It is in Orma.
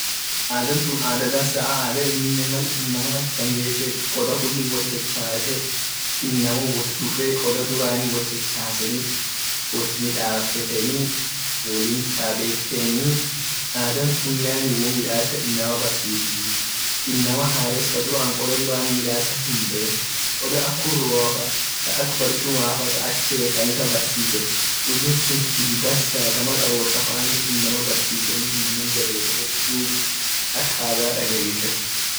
Ada tun ada dansa ada amine man inama amtan get koda kuli wot chachase inama wot dufe koda durani wot chachaseni wot midafeteni wolintabeteni ada tun yaani wo midasa inama barsisit inama hares ka durani koda midasa hinben koda ak kuroa faa ta ak barchuma fa ta ak shepani fa barsisine huji sun huji dansa mal arosa fa inama barsisine mal jebefete ak daga dargen.